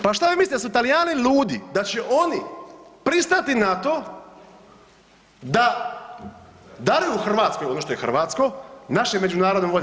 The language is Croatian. Pa šta vi mislite da su Talijani ludi da će oni pristati na to da daruju Hrvatskoj ono što je hrvatsko, naše međunarodne vode.